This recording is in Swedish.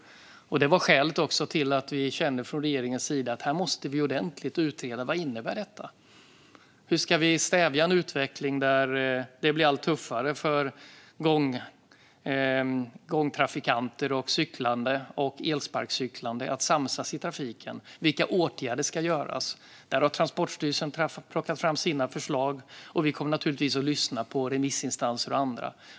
Det var skälet till att vi från regeringens sida kände att vi måste få en ordentlig utredning om vad detta innebär, hur vi ska stävja en utveckling där det blir allt tuffare för gångtrafikanter, cyklande och elsparkcyklande att samsas i trafiken och vilka åtgärder som ska vidtas. Transportstyrelsen har plockat fram sina förslag, och vi kommer naturligtvis att lyssna på remissinstanser och andra.